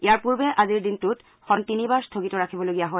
ইয়াৰ পূৰ্বে আজিৰ দিনটোত সদন তিনিবাৰ স্থগিত ৰাখিবলগীয়া হয়